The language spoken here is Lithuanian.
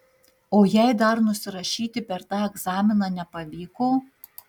o jei dar nusirašyti per tą egzaminą nepavyko